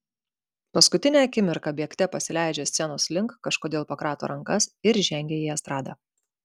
paskutinę akimirką bėgte pasileidžia scenos link kažkodėl pakrato rankas ir žengia į estradą